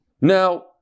Now